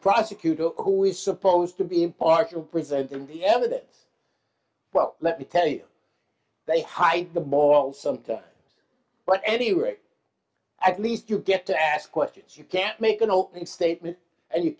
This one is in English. prosecutor who is supposed to be impartial presenting the evidence well let me tell you they hype the ball sometimes but any rate at least you get to ask questions you can't make an opening statement and you